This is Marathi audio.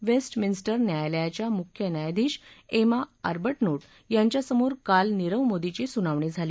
वेस्ट मिन्स्टर न्यायालयाच्या मुख्य न्यायाधीश एमा आरबटनोट यांच्या समोर काल नीख मोदीची सुनावणी झाली